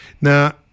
Now